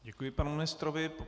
Děkuji panu ministrovi.